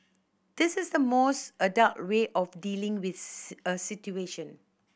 this is the most adult way of dealing with a situation